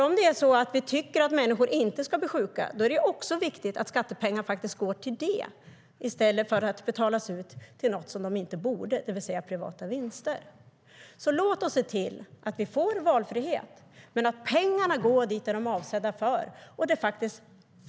Om vi inte vill att människor ska bli sjuka är det också viktigt att skattepengar går till detta i stället för att betalas ut till något som de inte borde betalas ut till, det vill säga till privata vinster. Så låt oss se till att vi får valfrihet men att pengarna går dit de är avsedda.